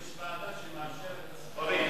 יש ועדה שמאשרת את הספרים.